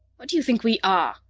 what do you think we are?